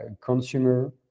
consumer